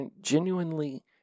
genuinely